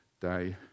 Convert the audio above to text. day